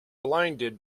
blinded